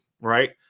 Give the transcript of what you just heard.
Right